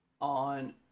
on